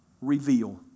Reveal